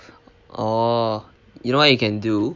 orh you know what you can do